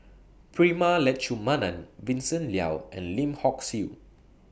Prema Letchumanan Vincent Leow and Lim Hock Siew